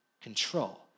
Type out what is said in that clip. Control